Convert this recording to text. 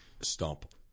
stop